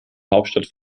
hauptstadt